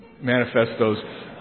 manifestos